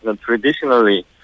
Traditionally